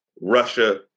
Russia